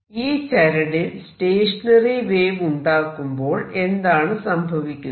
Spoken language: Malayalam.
ഈ ചരടിൽ സ്റ്റേഷനറി വേവ് ഉണ്ടാക്കുമ്പോൾ എന്താണ് സംഭവിക്കുന്നത്